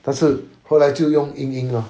但是后来就用 ying ying lor